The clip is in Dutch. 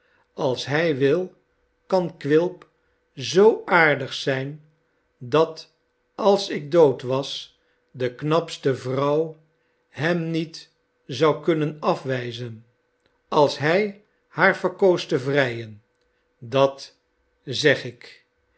als hij wilkan quilp zoo aardig zijn dat als ik dood was de knapste vrouw hem niet zou kunnen afwijzen als hij naar haar verkoos te vrijen dat zeg ik